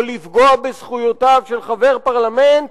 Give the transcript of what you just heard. או לפגוע בזכויותיו של חבר פרלמנט